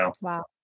Wow